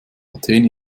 athen